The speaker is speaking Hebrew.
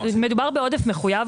מדובר בעודף מחויב.